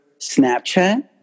Snapchat